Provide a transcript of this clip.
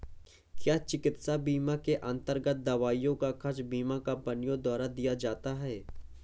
क्या चिकित्सा बीमा के अन्तर्गत दवाइयों का खर्च बीमा कंपनियों द्वारा दिया जाता है?